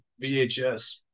VHS